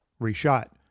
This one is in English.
reshot